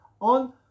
on